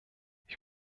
ich